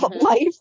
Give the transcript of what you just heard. life